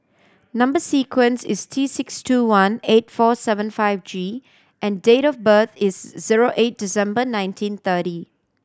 number sequence is T six two one eight four seven five G and date of birth is zero eight December nineteen thirty